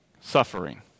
suffering